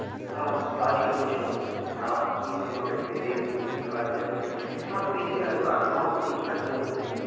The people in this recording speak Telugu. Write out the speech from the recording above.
అలా లాజికల్ క్వషన్స్ అలా ఈజీగా ఉండేవి రీజనింగ్ అలా చదివితే నాకు ఈజీగా అనేది కూడా అర్థమవుతుంది ప్లస్ నేను